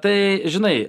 tai žinai